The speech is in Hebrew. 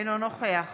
אינו נוכח